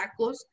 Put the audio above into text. tacos